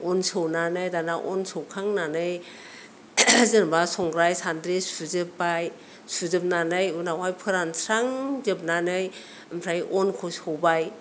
अन सौनानै दाना अन सौखांनानै जेनेबा संग्राय सान्द्रि सुजोबबाय सुजोबनानै उनावहाय फोरानस्रांजोबनानै ओमफ्राय अनखौ सौबाय